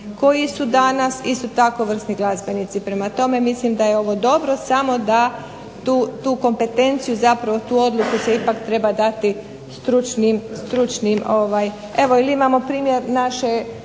koji su danas isto tako vrsni glazbenici. Prema tome mislim da je ovo dobro, samo da tu kompetenciju, zapravo tu odluku se ipak treba dati stručnim. Evo ili imamo primjer naše